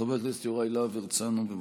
חבר הכנסת יוראי להב הרצנו, בבקשה.